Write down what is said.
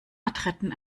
adretten